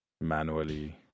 Manually